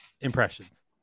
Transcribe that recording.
impressions